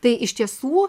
tai iš tiesų